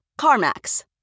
CarMax